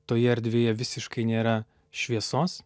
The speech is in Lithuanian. toje erdvėje visiškai nėra šviesos